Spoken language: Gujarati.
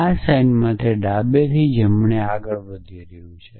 આ સાઇનમાં તે ડાબેથી જમણે આગળ વધી રહ્યું છે